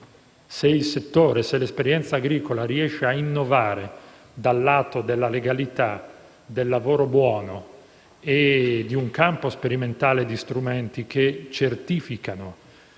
il settore. Se l'esperienza agricola riesce a innovarsi sul piano della legalità, del lavoro buono, sperimentando strumenti che certificano